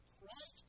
Christ